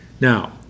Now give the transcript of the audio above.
now